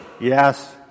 yes